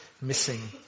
missing